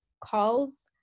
calls